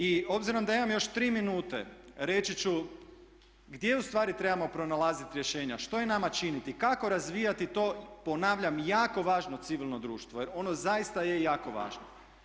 I obzirom da imam još tri minute reći ću gdje u stvari trebamo pronalaziti rješenja, što je nama činiti, kako razvijati to ponavljam jako važno civilno društvo jer ono zaista je jako važno.